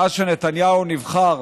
מאז שנתניהו נבחר,